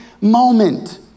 moment